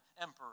Emperor